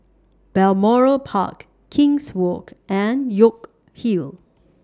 Balmoral Park King's Walk and York Hill